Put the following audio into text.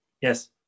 Yes